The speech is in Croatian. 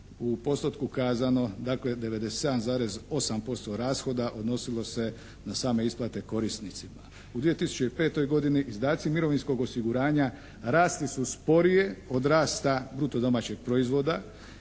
u postotku kazano dakle 97,8% rashoda odnosilo se na same isplate korisnicima. U 2005. godini izdaci mirovinskog osiguranja rasli su sporije od rasta bruto domaćeg proizvoda